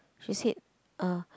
she said uh